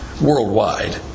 worldwide